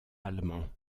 allemand